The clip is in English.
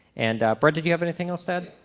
and brett did you have anything else to add?